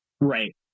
right